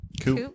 cool